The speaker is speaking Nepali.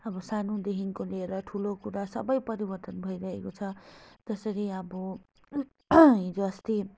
अब सानोदेखिको लिएर ठुलो कुरा सबै परिवर्तन भइरहेको छ त्यसरी अब हिजो अस्ति